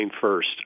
first